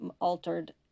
altered